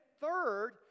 third